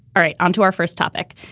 all right. onto our first topic.